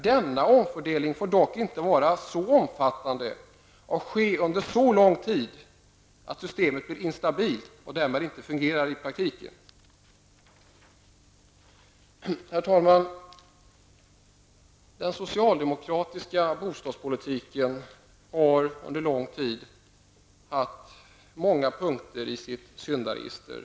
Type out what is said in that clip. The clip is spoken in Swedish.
Denna omfördelning får dock inte vara så omfattande och ske under så lång tid att systemet blir instabilt och därmed inte fungerar i praktiken. Herr talman! Den socialdemokratiska bostadspolitiken har under lång tid haft många punkter i sitt syndaregister.